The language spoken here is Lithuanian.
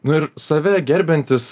nu ir save gerbiantis